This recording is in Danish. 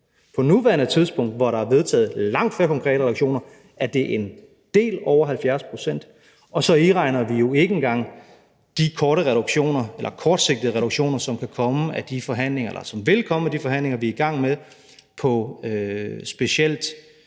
På nuværende tidspunkt, hvor der er vedtaget langt flere konkrete reduktioner, er det en del over 70 pct., og så iregner vi jo ikke engang de kortsigtede reduktioner, som vil komme af de forhandlinger, vi er i gang med, på specielt